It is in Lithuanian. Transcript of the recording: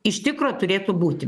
iš tikro turėtų būti